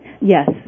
Yes